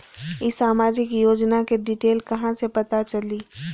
ई सामाजिक योजना के डिटेल कहा से पता चली?